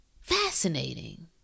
Fascinating